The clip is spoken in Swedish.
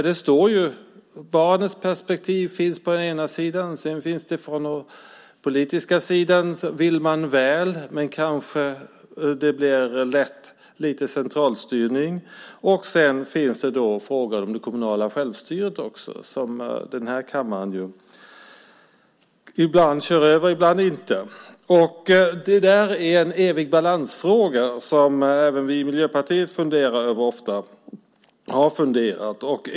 Det framgår att barnets perspektiv finns på den ena sidan. Och från den politiska sidan vill man väl. Men det blir kanske lätt lite centralstyrning. Och på den andra sidan finns frågan om det kommunala självstyret som denna kammare ibland kör över och ibland inte. Detta är en evig balansgång som även vi i Miljöpartiet ofta funderar över.